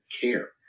care